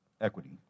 equity